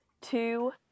two